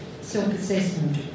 self-assessment